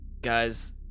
Guys